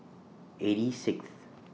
eighty Sixth